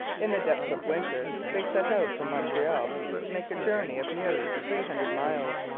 in the depth of winter they set out from montreal to make a journey of nearly three hundred miles.